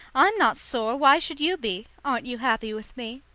i'm not sore, why should you be? aren't you happy with me?